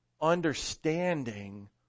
understanding